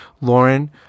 Lauren